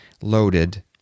loaded